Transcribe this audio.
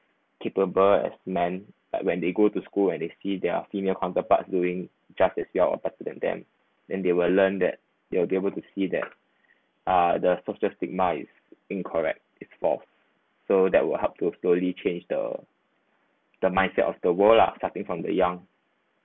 capable as man when they go to school and they see their female counterparts doing just as your or better than them and they will learn that they will be able to see that uh the social stigma is incorrect is false so that will help to slowly change the the mindset of the world lah starting from the young